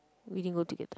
we didn't go together